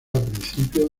principios